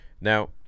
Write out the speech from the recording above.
Now